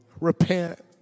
repent